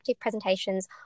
presentations